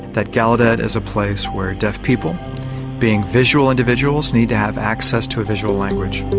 that gallaudet is a place where deaf people being visual individuals need to have access to a visual language.